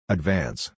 Advance